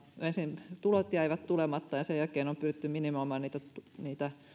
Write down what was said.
ensin tulot jäivät tulematta ja sen jälkeen on pyydetty minimoimaan niitä niitä